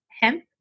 hemp